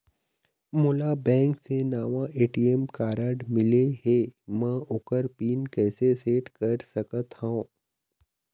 मोला बैंक से नावा ए.टी.एम कारड मिले हे, म ओकर पिन कैसे सेट कर सकत हव?